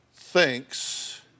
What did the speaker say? thinks